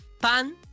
pan